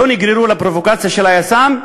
לא נגררו לפרובוקציה של היס"מ,